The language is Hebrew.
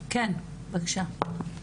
בבקשה.